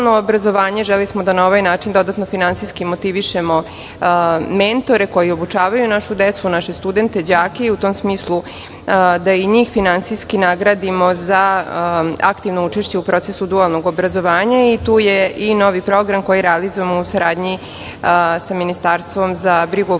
obrazovanje. Želeli smo da na ovaj način dodatno finansijski motivišemo mentore koji obučavaju našu decu, naše studente, đake i u tom smislu da i njih finansijski nagradimo za aktivno učešće u procesu dualnog obrazovanja. Tu je i novi program koji se realizuje u saradnji sa Ministarstvom za brigu o